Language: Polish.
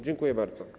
Dziękuję bardzo.